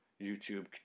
YouTube